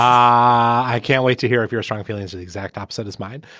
i can't wait to hear if your strong feelings are the exact opposite as mine